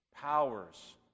powers